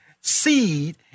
seed